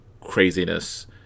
craziness